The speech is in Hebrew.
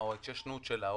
התיישנות שלה,